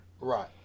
Right